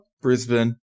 Brisbane